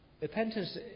repentance